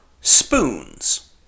spoons